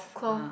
cloth